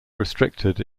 restricted